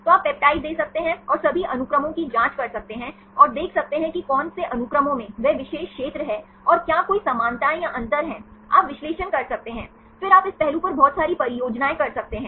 तो आप पेप्टाइड दे सकते हैं और सभी अनुक्रमों की जांच कर सकते हैं और देख सकते हैं कि कौन से अनुक्रमों में वह विशेष क्षेत्र है और क्या कोई समानताएं या अंतर हैं आप विश्लेषण कर सकते हैं फिर आप इस पहलू पर बहुत सारी परियोजनाएं कर सकते हैं